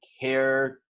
care